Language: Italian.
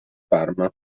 parma